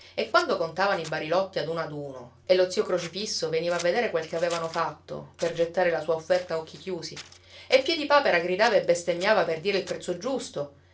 e quando contavano i barilotti ad uno ad uno e lo zio crocifisso veniva a vedere quel che avevano fatto per gettare la sua offerta a occhi chiusi e piedipapera gridava e bestemmiava per dire il prezzo giusto